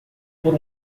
por